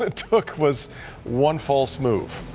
ah took was one false move.